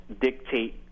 dictate